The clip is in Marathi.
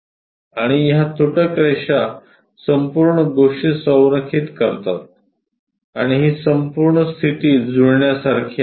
आणि ह्या तुटक रेषा संपूर्ण गोष्ट संरेखित करतात आणि ही संपूर्ण स्थिती जुळण्यासारखी आहे